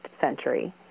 century